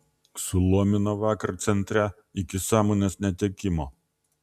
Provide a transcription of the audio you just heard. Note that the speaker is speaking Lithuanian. sulomino vakar centre iki sąmonės netekimo